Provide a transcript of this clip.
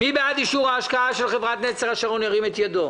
מי בעד אישור השקעה בהון מניות של חברת נצר השרון בע"מ,